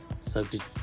Subject